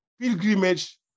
Pilgrimage